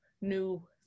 new